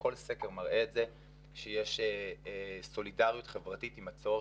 וכל סקר מראה את זה שיש סולידריות חברתית עם הצורך